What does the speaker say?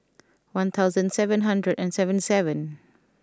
one thousand seven hundred and seventy seven